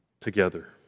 together